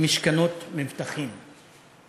במשכנות מבטחים".